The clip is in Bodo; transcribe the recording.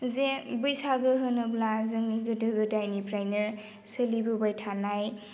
जे बैसागो होनोब्ला जोंनि गोदो गोदानिफ्रायनो सोलिबोबाय थानाय